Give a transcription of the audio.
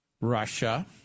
Russia